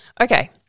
Okay